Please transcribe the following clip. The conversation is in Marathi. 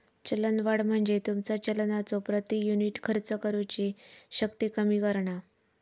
चलनवाढ म्हणजे तुमचा चलनाचो प्रति युनिट खर्च करुची शक्ती कमी करणा